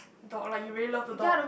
dog like you really love the dog